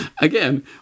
Again